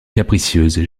capricieuse